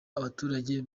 abaturage